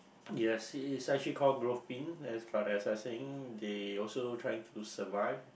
you it's actually call but as I was saying they also trying to survive